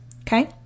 Okay